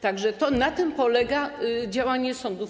Tak że to na tym polega działanie sądów.